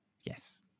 Yes